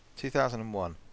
2001